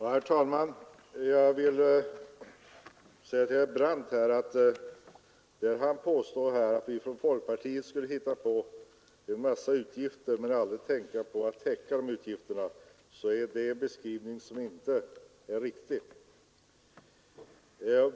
Herr talman! Herr Brandt påstår att vi från folkpartiet föreslår en massa utgifter men inte tänker på att det skall finnas täckning för dem. Den beskrivningen är inte riktig.